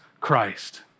Christ